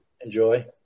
enjoy